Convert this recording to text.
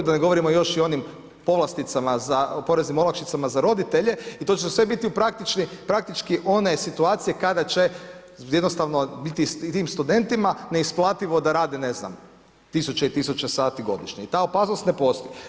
Da ne govorimo još i o onim povlasticama, poreznim olakšicama za roditelje i to će sve biti praktički one situacije kada će jednostavno biti tim studentima neisplativo da rade, ne znam, tisuće i tisuće sati godišnje i ta opasnost ne postoji.